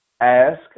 ask